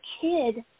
kid